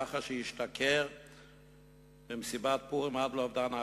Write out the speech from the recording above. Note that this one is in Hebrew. לאחר שהשתכר במסיבת פורים עד לאובדן ההכרה.